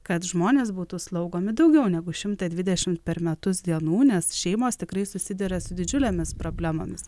kad žmonės būtų slaugomi daugiau negu šimtą dvidešimt per metus dienų nes šeimos tikrai susiduria su didžiulėmis problemomis